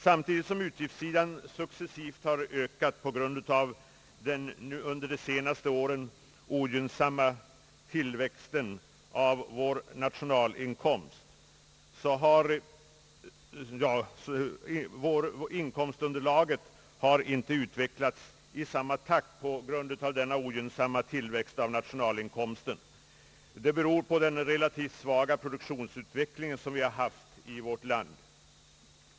Samtidigt som utgiftssidan successivt ökat har inkomstunderlaget i landet inte utvecklats i samma takt beroende på den relativt svaga produktionsutveckling som vi har haft i vårt land.